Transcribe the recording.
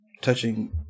touching